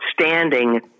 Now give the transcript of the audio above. standing